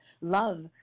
love